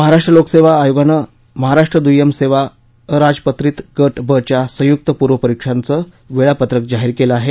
महाराष्ट्र लोकसेवा आयोगानं महाराष्ट्र द्व्यम सेवा अराजपत्रित गट ब च्या संयुक्त पूर्व परिक्षाचं वेळापत्रक जाहीर केलं आहे